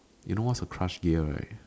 you know what's a crush gear right